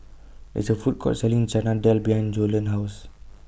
There IS A Food Court Selling Chana Dal behind Joellen's House